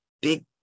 Big